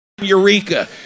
Eureka